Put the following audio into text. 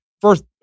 First